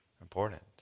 important